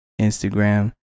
Instagram